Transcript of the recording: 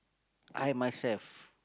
I myself